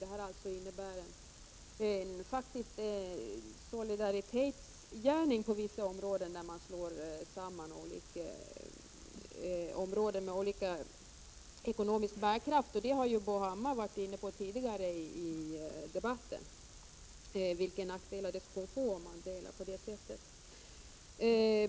Det har på vissa ställen faktiskt inneburit en solidaritetshandling att slå samman kommuner med olika ekonomisk bärkraft. Vilka nackdelar det skulle få om man delade kommuner med olika ekonomisk bärkraft har Bo Hammar varit inne på tidigare i debatten.